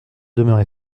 demeuré